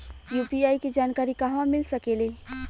UPI के जानकारी कहवा मिल सकेले?